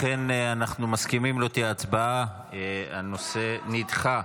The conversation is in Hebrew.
לכן אנחנו מסכימים, לא תהיה הצבעה, הנושא נדחה.